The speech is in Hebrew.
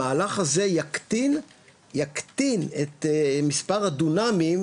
המהלך הזה יקטין את מספר הדונמים,